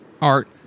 art